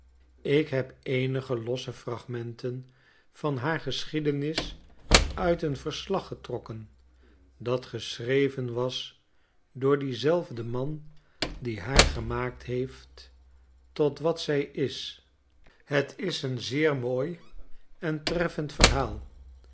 ik heb eenige losse fragmenten van haar geschiedenis uit een verslag getrokken dat geschreven was door dienzelfden man die haar gemaakt heeft tot wat zij is het is een zeer mooi en treffend verhaal